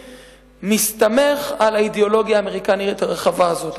מסתמך על האידיאולוגיה האמריקנית הרחבה הזאת.